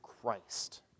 Christ